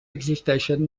existeixen